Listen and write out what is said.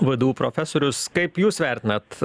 vdu profesorius kaip jūs vertinat